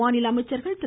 மாநில அமைச்சர்கள் திரு